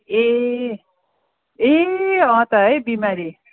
ए ए अँ त है बिमारी